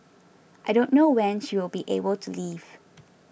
I don't know when she will be able to leave